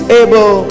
able